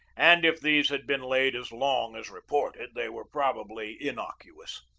and if these had been laid as long as reported they were probably innocuous.